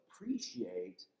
appreciate